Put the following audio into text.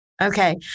Okay